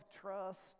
trust